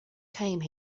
came